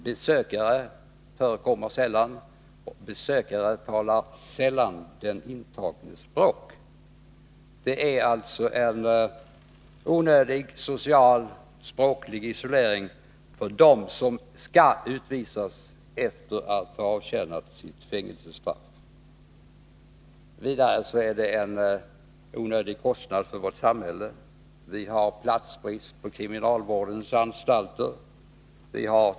Besökare förekommer sällan, och de talar ofta inte den intagnes språk. Det är alltså en onödig social och språklig isolering för den som skall utvisas efter att ha avtjänat sitt fängelsestraff. Vidare är det en onödig kostnad för vårt samhälle. Vi har platsbrist på kriminalvårdens anstalter.